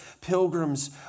pilgrims